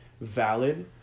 valid